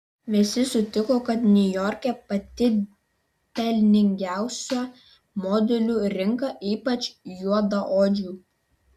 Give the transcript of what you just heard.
visi sutiko kad niujorke pati pelningiausia modelių rinka ypač juodaodžių